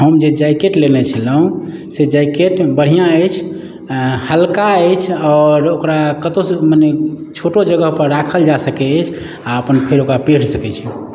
हम जे जैकेट लेने छलहुॅं से जैकेट बढ़िऑं अछि हल्का अछि आओर ओकरा कतौ मने छोटो जगह पर राखल जा सकैत अछि आ अपन फेर ओकरा पहिर सकै छी